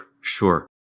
sure